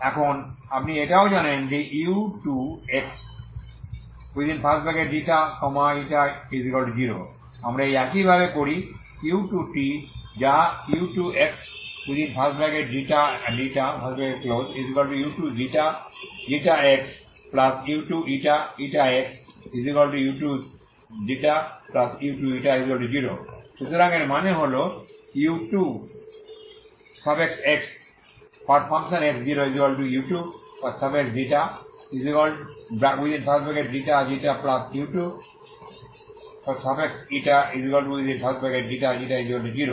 এখন আপনি এটাও জানেনu2xξ0 আমরা একই ভাবে করি u2tযা u2xξu2xu2xu2u20 সুতরাং এর মানে হল u2xx0u2ξξu2ξξ0 ঠিক আছে